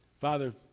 Father